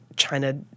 China